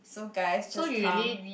so guys just come